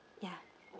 ya